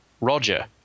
Roger